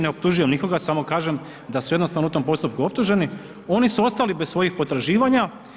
Ne optužujem nikoga samo kažem da su jednostavno u tom postupku optuženi, oni su ostali bez svojih potraživanja.